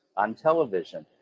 on television,